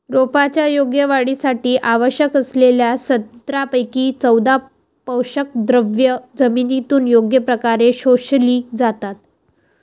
रोपांच्या योग्य वाढीसाठी आवश्यक असलेल्या सतरापैकी चौदा पोषकद्रव्ये जमिनीतून योग्य प्रकारे शोषली जातात